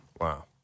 Wow